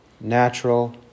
natural